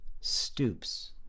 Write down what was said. stoops